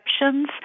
exceptions